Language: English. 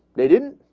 they didn't?